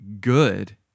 good